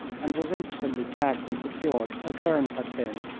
and was instantly gagged and secured as burns had been.